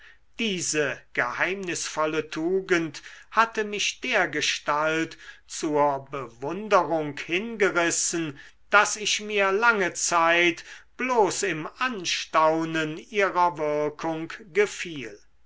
diese geheimnisvolle tugend hatte mich dergestalt zur bewunderung hingerissen daß ich mir lange zeit bloß im anstaunen ihrer wirkung gefiel